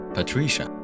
Patricia，